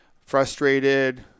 frustrated